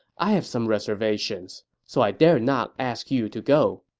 i have some reservations, so i dare not ask you to go.